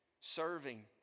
Serving